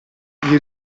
gli